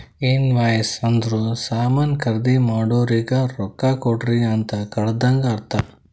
invoice ಅಂದುರ್ ಸಾಮಾನ್ ಖರ್ದಿ ಮಾಡೋರಿಗ ರೊಕ್ಕಾ ಕೊಡ್ರಿ ಅಂತ್ ಕಳದಂಗ ಅರ್ಥ